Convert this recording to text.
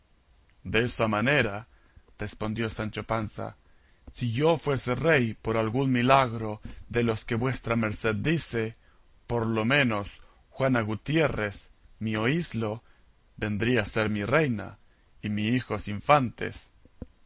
de esa manera respondió sancho panza si yo fuese rey por algún milagro de los que vuestra merced dice por lo menos juana gutiérrez mi oíslo vendría a ser reina y mis hijos infantes